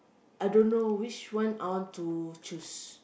I don't know which one I want to choose